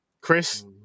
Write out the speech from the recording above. Chris